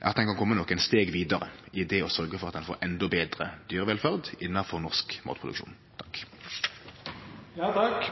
kan kome nokre steg vidare i det å sørgje for at ein får endå betre dyrevelferd innanfor norsk matproduksjon.